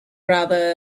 rather